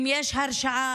אם יש הרשעה,